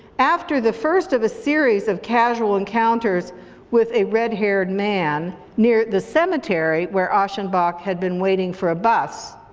after the first of a series of casual encounters with a red-haired man near the cemetery where aschenbach had been waiting for a bus,